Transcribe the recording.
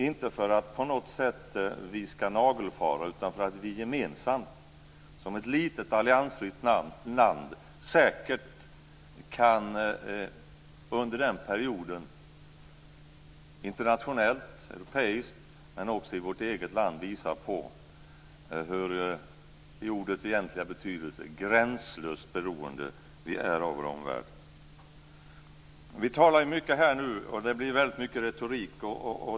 Inte för att vi på något sätt ska nagelfara utan för att vi gemensamt, som ett litet, alliansfritt land, säkert under den perioden - internationellt, europeiskt men också i vårt eget land - kan visa på hur gränslöst, i ordets egentliga bemärkelse, beroende vi är av vår omvärld. Vi talar mycket här nu, och det blir väldigt mycket retorik.